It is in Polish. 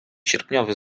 sierpniowy